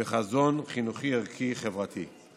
וחזון חינוכי ערכי חברתי.